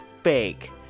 fake